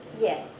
Yes